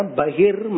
bahir